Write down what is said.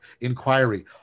inquiry